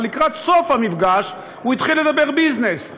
אבל לקראת סוף המפגש הוא התחיל לדבר ביזנס.